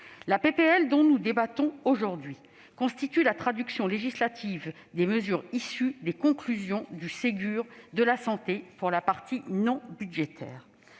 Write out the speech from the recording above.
de loi dont nous débattons aujourd'hui constitue la traduction législative des mesures issues des conclusions du Ségur de la santé, pour la partie non budgétaire.